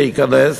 להיכנס,